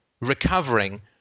recovering